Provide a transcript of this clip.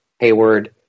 Hayward